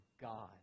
God